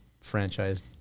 franchise